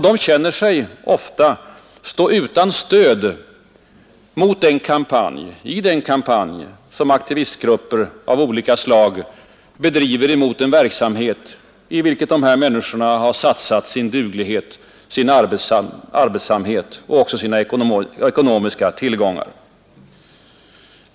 De känner sig ofta stå utan stöd i den kampanj, som aktivistgrupper av olika slag bedriver emot en verksamhet, i vilken dessa människor satsar sin duglighet, sin arbetsamhet och sina ekonomiska tillgångar.